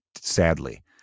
sadly